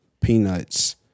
peanuts